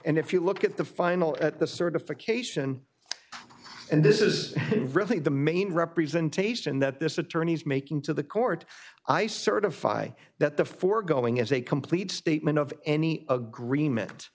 and if you look at the final at the certification and this is really the main representation that this attorney's making to the court i certify that the foregoing is a complete statement of any agreement